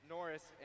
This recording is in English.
Norris